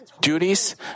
duties